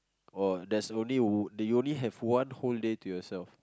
or there's only one that you only have one whole day to yourself